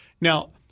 Now